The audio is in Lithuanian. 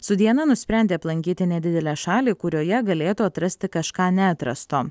su diana nusprendė aplankyti nedidelę šalį kurioje galėtų atrasti kažką neatrasto